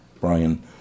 Brian